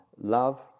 love